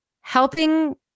helping